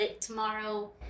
Tomorrow